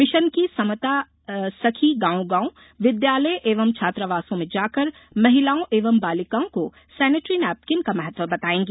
mission की समता सखी गांव गांव विद्यालय एवं छात्रावासों में जाकर महिलाओं एवं बालिकाओं को सेनेट्री नेपकीन का महत्व बतायेंगी